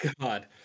god